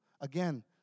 Again